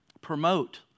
promote